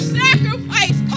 sacrifice